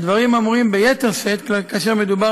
הדברים אמורים ביתר שאת כאשר מדובר